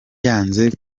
yanze